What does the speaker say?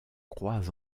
croise